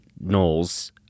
Knowles